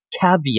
caveat